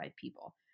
people